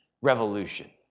Revolution